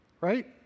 right